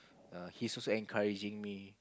err he's also encouraging me